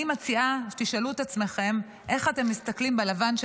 אני מציעה שתשאלו את עצמכם איך אתם מסתכלים בלבן של